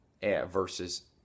versus